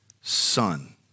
son